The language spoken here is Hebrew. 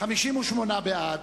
אנחנו זה מצביעים בעד,